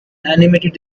animated